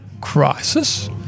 crisis